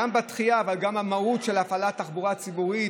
גם בדחייה אבל גם במהות של הפעלת תחבורה ציבורית,